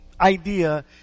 idea